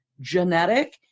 genetic